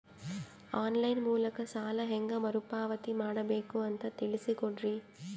On line ಮೂಲಕ ಸಾಲ ಹೇಂಗ ಮರುಪಾವತಿ ಮಾಡಬೇಕು ಅಂತ ತಿಳಿಸ ಕೊಡರಿ?